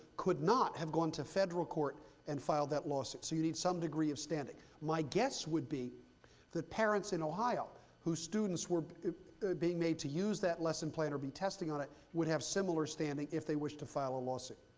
could not have gone to federal court and filed that lawsuit. so you need some degree of standing. my guess would be that parents in ohio whose students were being made to use that lesson plan or be testing on it, would have similar standing, if they wish to file a lawsuit.